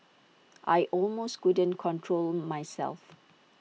I almost couldn't control myself